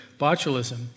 botulism